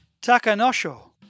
Takanosho